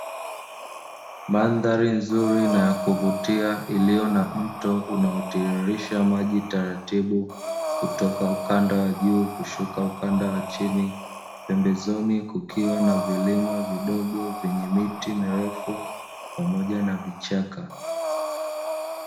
Mandhali nzuli na yakuvutia iliyo na mto unao tililisha maji taratibu kutoka ukanda wa juu kushuka ukanda wa chini, Pembezoni kukiwa na vilima vidogo vyenye miti mirefu pamoja navichaka.